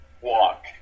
walk